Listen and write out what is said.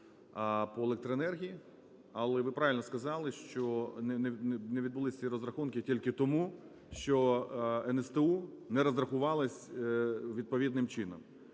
по електроенергії. Але ви правильно сказали, що не відбулись ці розрахунки тільки тому, що НСТУ не розрахувалось відповідним чином.